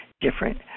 different